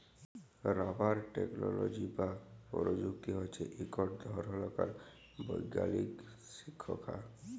rubber technology বা পরযুক্তি হছে ইকট ধরলকার বৈগ্যালিক শিখ্খা